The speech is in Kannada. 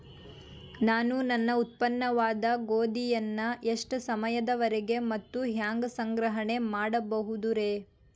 ನಾನು ನನ್ನ ಉತ್ಪನ್ನವಾದ ಗೋಧಿಯನ್ನ ಎಷ್ಟು ಸಮಯದವರೆಗೆ ಮತ್ತ ಹ್ಯಾಂಗ ಸಂಗ್ರಹಣೆ ಮಾಡಬಹುದುರೇ?